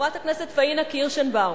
חברת הכנסת פאינה קירשנבאום,